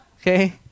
okay